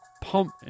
pump